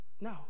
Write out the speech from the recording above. no